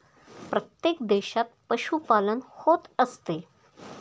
प्रत्येक देशात पशुपालन होत असते